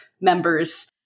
members